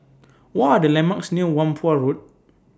What Are The landmarks near Whampoa Road